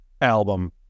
album